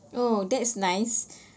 oh that's nice